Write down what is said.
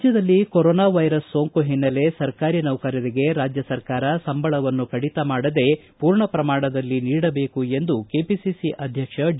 ರಾಜ್ದದಲ್ಲಿ corona virus ಸೋಂಕು ಹಿನ್ನೆಲೆ ಸರ್ಕಾರಿ ನೌಕರರಿಗೆ ರಾಜ್ಯ ಸರ್ಕಾರ ಸಂಬಳವನ್ನು ಕಡಿತ ಮಾಡದೇ ಪೂರ್ಣ ಪ್ರಮಾಣದಲ್ಲಿ ನೀಡಬೇಕು ಎಂದು ಕೆಪಿಸಿಸಿ ಅಧ್ಯಕ್ಷ ಡಿ